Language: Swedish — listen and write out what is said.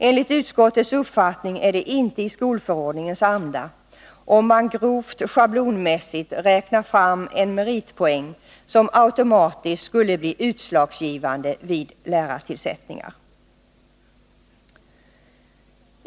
Enligt utskottets uppfattning är det inte i skolförordningens anda, om man grovt schablonmässigt räknar fram en meritpoäng som automatiskt skulle bli utslagsgivande vid lärartillsättningar.